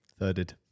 Thirded